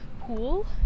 Pool